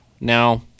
Now